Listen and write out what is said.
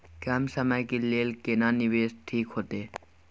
कम समय के लेल केना निवेश ठीक होते?